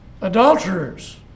adulterers